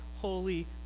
holy